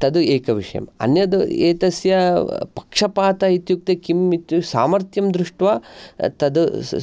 तद् एकविषयम् अन्यद् एतस्य पक्षपात इत्युक्ते किं इत् सामर्थ्यं दृष्ट्वा तद्